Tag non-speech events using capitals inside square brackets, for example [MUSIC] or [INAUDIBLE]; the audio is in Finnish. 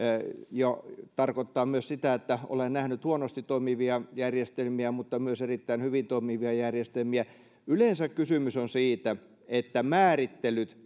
tarkoittaa myös sitä että olen nähnyt huonosti toimivia järjestelmiä mutta myös erittäin hyvin toimivia järjestelmiä yleensä kysymys on siitä että määrittelyt [UNINTELLIGIBLE]